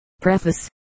Preface